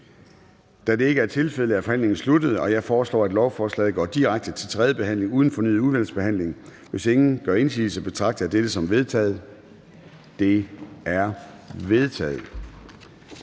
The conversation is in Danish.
af udvalget? De er vedtaget. Jeg foreslår, at lovforslaget går direkte til tredje behandling uden fornyet udvalgsbehandling. Hvis ingen gør indsigelse, betragter jeg dette som vedtaget. Det er vedtaget.